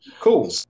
Cool